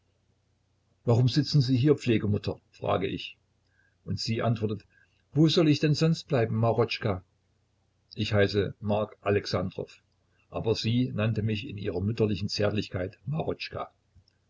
warum sitzen sie hier pflegemutter frage ich und sie antwortet wo soll ich denn sonst bleiben marotschka ich heiße mark alexandrow aber sie nannte mich in ihrer mütterlichen zärtlichkeit